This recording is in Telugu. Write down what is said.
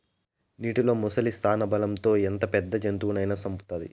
నీటిలో ముసలి స్థానబలం తో ఎంత పెద్ద జంతువునైనా సంపుతాది